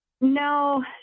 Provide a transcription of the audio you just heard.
No